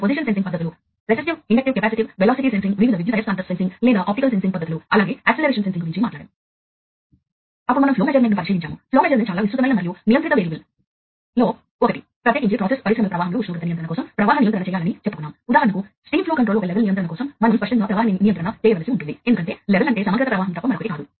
మొదట field bus అంటే ఏమిటో మనం తెలుసుకోవాలి వాస్తవానికి ఫీల్డ్ బస్సు అనేది డిజిటల్ కమ్యూనికేషన్ నెట్వర్క్ ఇది స్మార్ట్ ఫీల్డ్ బస్సు పరికరాల ను మరియు ప్లాంట్ వ్యాప్తంగా నియంత్రణ మరియు ఆటోమేషన్ కార్యకలాపాల కోసం నియంత్రణ వ్యవస్థల ను అనుసంధానించడానికి రూపొందించబడింది